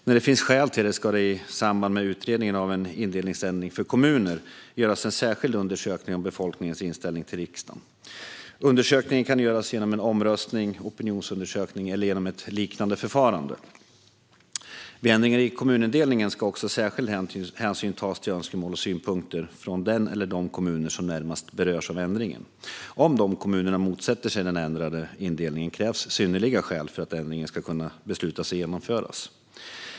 När det finns skäl ska det i samband med utredningen av en indelningsändring för kommuner göras en särskild undersökning om befolkningens inställning till ändringen. Undersökningen kan göras genom en omröstning, en opinionsundersökning eller ett liknande förfarande. Vid ändringar i kommunindelningen ska också särskild hänsyn tas till önskemål och synpunkter från den eller de kommuner som närmast berörs av ändringen. Om dessa kommuner motsätter sig den ändrade indelningen krävs synnerliga skäl för att ändringen ska kunna beslutas och genomföras.